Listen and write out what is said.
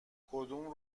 کدوم